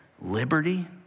liberty